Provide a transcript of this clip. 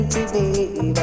Today